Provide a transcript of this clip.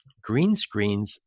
Greenscreens